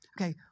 Okay